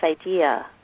idea